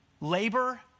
Labor